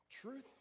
Truth